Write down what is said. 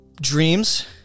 dreams